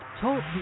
Talk